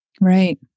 Right